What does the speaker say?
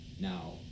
Now